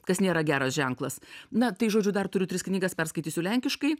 kas nėra geras ženklas na tai žodžiu dar turiu tris knygas perskaitysiu lenkiškai